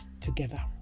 together